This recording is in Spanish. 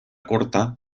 corta